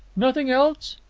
nothing else?